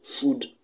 food